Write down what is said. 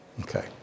Okay